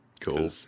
Cool